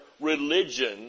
religion